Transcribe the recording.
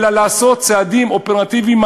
אלא לעשות צעדים אופרטיביים,